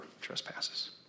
trespasses